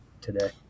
today